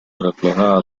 reflejada